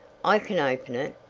i can open it,